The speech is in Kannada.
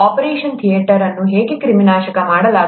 ಆಪರೇಷನ್ ಥಿಯೇಟರ್ ಅನ್ನು ಹೇಗೆ ಕ್ರಿಮಿನಾಶಕ ಮಾಡಲಾಗುತ್ತದೆ